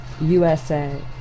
USA